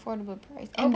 affordable price and the